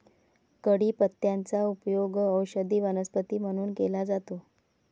कढीपत्त्याचा उपयोग औषधी वनस्पती म्हणून केला जातो